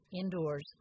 indoors